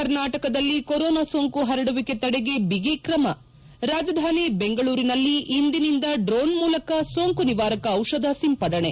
ಕರ್ನಾಟಕದಲ್ಲಿ ಕೊರೊನಾ ಸೋಂಕು ಪರಡುವಿಕೆ ತಡೆಗೆ ಬಿಗ್ರಿಮ ರಾಜಧಾನಿ ಬೆಂಗಳೂರಿನಲ್ಲಿ ಇಂದಿನಿಂದ ಡ್ರೋಣ್ ಮೂಲಕ ಸೋಂಕು ನಿವಾರಕ ಔಷಧ ಸಿಂಪಡಣೆ